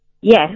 Yes